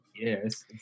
Yes